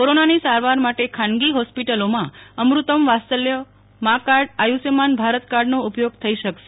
કોરોનાની સારવાર માટે ખાનગી ફોસ્પિટલોમાં અમૃતમ વાતસલ્ય મા કાર્ડ આયુષ્યમાન ભારત કાર્ડનો ઉપયોગ થઈ શકશે